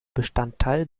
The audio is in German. bestandteil